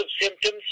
symptoms